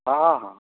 हाँ हाँ